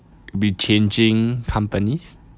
be changing companies